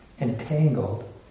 entangled